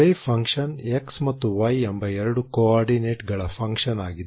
wave function x ಮತ್ತು y ಎಂಬ ಎರಡು ಕೋಆರ್ಡಿನೆಟ್ಗಳ ಫಂಕ್ಷನ್ ಆಗಿದೆ